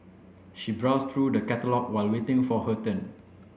she browsed through the catalogue while waiting for her turn